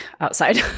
outside